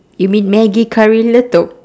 you mean maggi curry letup